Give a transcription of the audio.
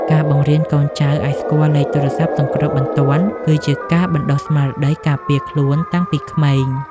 ការបង្រៀនកូនចៅឱ្យស្គាល់លេខទូរស័ព្ទសង្គ្រោះបន្ទាន់ គឺជាការបណ្តុះស្មារតីការពារខ្លួនតាំងពីក្មេង។